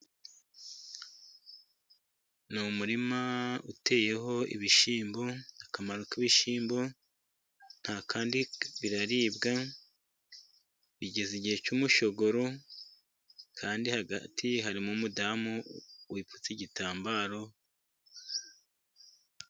N'umurima uteyeho ibishyimbo. Akamaro k'ibishimbo nta kandi biraribwa, bigeza igihe cy'umushyogoro kandi hagati harimo umudamu wipfutse igitambaro.